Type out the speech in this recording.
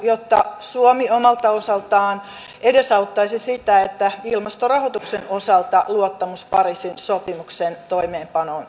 jotta suomi omalta osaltaan edesauttaisi sitä että ilmastorahoituksen osalta luottamus pariisin sopimuksen toimeenpanoon